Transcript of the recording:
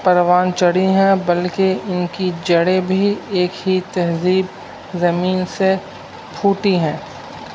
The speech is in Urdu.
پروان چڑھی ہیں بلکہ ان کی جڑیں بھی ایک ہی تہذیب زمین سے پھوٹی ہیں